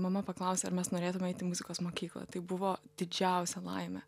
mama paklausė ar mes norėtume eit į muzikos mokyklą tai buvo didžiausia laimė